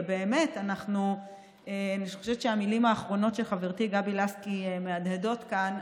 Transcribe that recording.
ובאמת אני חושבת שהמילים האחרונות של חברתי גבי לסקי מהדהדות כאן,